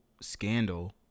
scandal